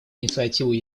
инициативу